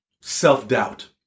self-doubt